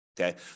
Okay